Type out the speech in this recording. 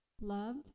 Love